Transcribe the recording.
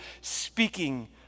speaking